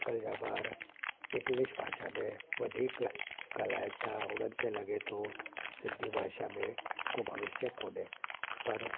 अॼु कल्ह जा ॿार इंगलीश भाषा में वधीक ॻाल्हाइनि था उन्हनि खे लॻे थो सिंधी भाषा में को भविष्य कोने पर